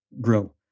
grow